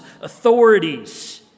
authorities